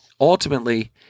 ultimately